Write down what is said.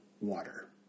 water